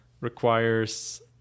requires